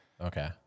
Okay